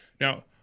Now